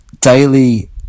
daily